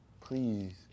please